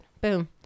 boom